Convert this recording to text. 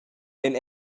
ein